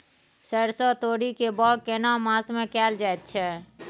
सरसो, तोरी के बौग केना मास में कैल जायत छै?